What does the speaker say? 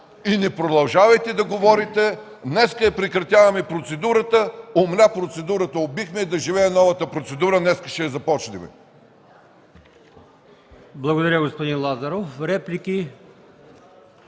и не продължавайте да говорите: „Днес прекратяваме процедурата. Умря процедурата, убихме я, да живее новата процедура! Днес ще я започнем.”.